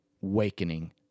wakening